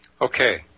Okay